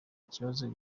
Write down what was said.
ikibazo